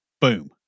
boom